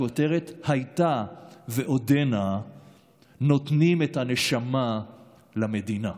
הכותרת הייתה ועודנה "נותנים את הנשמה למדינה".